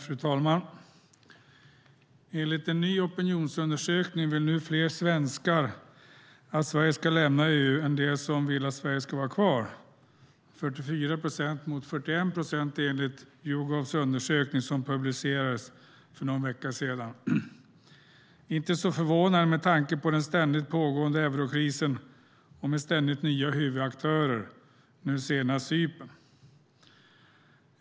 Fru talman! Enligt en ny opinionsundersökning är det nu fler svenskar som vill att Sverige ska lämna EU än det är som vill att Sverige ska vara kvar - 44 procent mot 41 procent enligt Yougovs undersökning som publicerades för någon vecka sedan. Det är inte så förvånande med tanke på den ständigt pågående eurokrisen med ständigt nya huvudaktörer, nu senast Cypern.